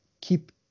keep